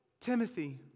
Timothy